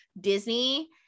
Disney